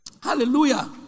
Hallelujah